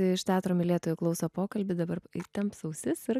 iš teatro mylėtojų klauso pokalbį dabar įtemps ausis ir